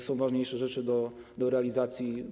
Są ważniejsze rzeczy do realizacji.